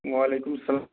وعلیکُم سلام